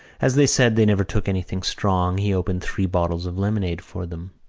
as they said they never took anything strong, he opened three bottles of lemonade for them.